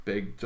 Big